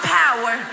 power